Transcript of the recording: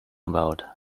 about